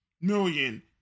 million